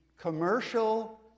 commercial